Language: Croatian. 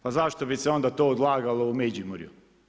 Pa zašto bi se onda to odlagalo u Međimurju?